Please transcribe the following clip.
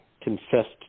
confessed